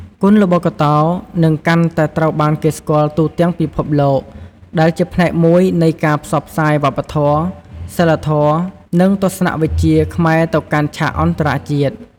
គុនល្បុក្កតោនឹងកាន់តែត្រូវបានគេស្គាល់ទូទាំងពិភពលោក ដែលជាផ្នែកមួយនៃការផ្សព្វផ្សាយវប្បធម៌ សីលធម៌ និងទស្សនវិជ្ជាខ្មែរទៅកាន់ឆាកអន្តរជាតិ។